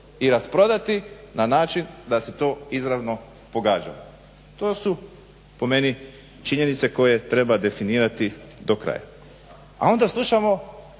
i rasprodati na način da se to izravno pogađa. To su po meni činjenice koje treba definirati do kraja. A onda slušamo